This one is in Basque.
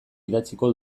idatziko